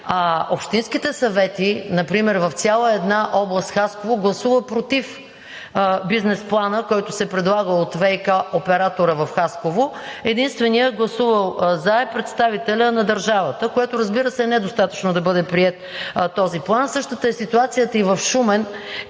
общинските съвети, например в цяла една област Хасково, гласуваха „против“ бизнес плана, който се предлага от ВиК оператора в Хасково. Единственият гласувал „за“ е представителят на държавата, което, разбира се, е недостатъчно да бъде приет този план.